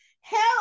help